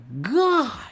God